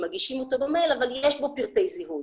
שמגישים במייל אבל יש בהם פרטי זיהוי,